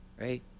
Right